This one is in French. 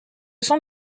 sont